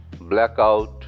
blackout